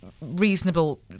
reasonable